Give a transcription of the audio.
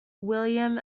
william